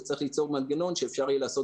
וצריך ליצור מנגנון שאפשר יהיה לעשות